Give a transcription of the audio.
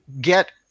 get